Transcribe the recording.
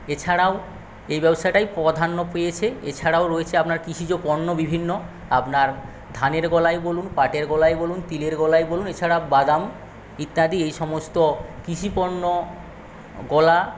এছাড়াও এই ব্যবসাটাই প্রাধান্য পেয়েছে এছাড়াও রয়েছে আপনার কৃষিজ পণ্য বিভিন্ন আপনার ধানের গোলাই বলুন পাটের গোলাই বলুন তিলের গোলাই বলুন এছাড়া বাদাম ইত্যাদি এই সমস্ত কৃষিপণ্য গোলা